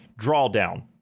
drawdown